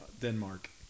Denmark